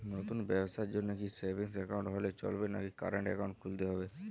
নতুন ব্যবসার জন্যে কি সেভিংস একাউন্ট হলে চলবে নাকি কারেন্ট একাউন্ট খুলতে হবে?